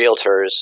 realtors